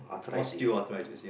osteoarthritis ya